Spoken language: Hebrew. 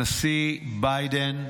הנשיא ביידן,